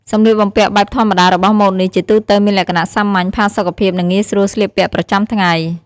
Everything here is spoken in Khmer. សម្លៀកបំពាក់បែបធម្មតារបស់ម៉ូដនេះជាទូទៅមានលក្ខណៈសាមញ្ញ ផាសុកភាព និងងាយស្រួលស្លៀកពាក់ប្រចាំថ្ងៃ។